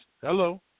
hello